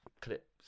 clips